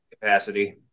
capacity